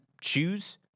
choose